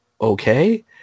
okay